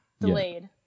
delayed